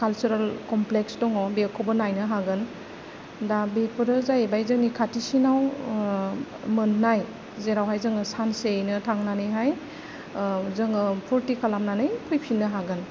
cultural complex दङ बेखौबो नायनो हागोन दा बेफोरो जाहैबाय जोंनि खाथिसिनाव मोन्नाय जेरावहाय जोङो सानसेयैनो थांनानैहाय जोङो फुर्ति खालामनानै फैफिननो हागोन